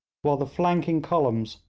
while the flanking columns,